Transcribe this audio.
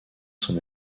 son